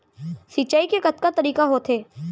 सिंचाई के कतका तरीक़ा होथे?